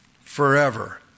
forever